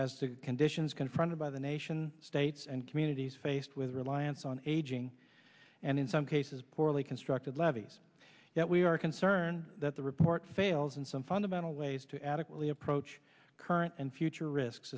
the conditions confronted by the nation states and communities faced with reliance on aging and in some cases poorly constructed levees yet we are concerned that the report fails in some fundamental ways to adequately approach current and future risks